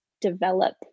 develop